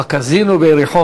בקזינו ביריחו,